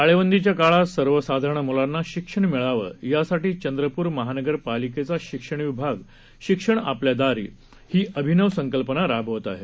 लॉकडाऊनच्या काळात सर्वसाधारण मुलांना शिक्षण मिळावं यासाठी चंद्रपूर महानगरपालिकेचा शिक्षण विभाग शिक्षण आपल्या दारी ही अभिनव संकल्पना राबवत आहे